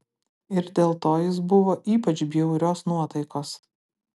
ir dėl to jis buvo ypač bjaurios nuotaikos